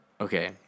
Okay